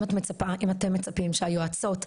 אם אתם מצפים שהיועצות,